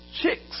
chicks